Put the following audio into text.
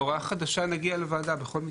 בהוראה חדשה נגיע לוועדה בכל מקרה.